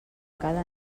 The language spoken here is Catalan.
cada